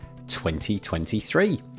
2023